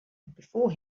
before